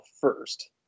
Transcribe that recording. first